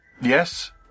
Yes